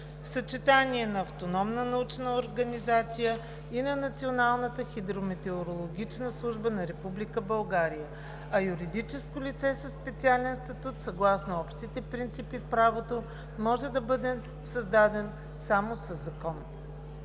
съчетание на автономна научна организация и на националната хидрометеорологична служба на Република България, а юридическо лице със специален статут съгласно общите принципи в правото може да бъде създаден само със закон.